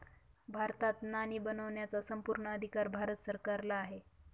भारतात नाणी बनवण्याचा संपूर्ण अधिकार भारत सरकारला आहे